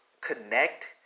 connect